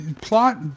plot